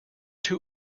too